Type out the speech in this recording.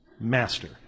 Master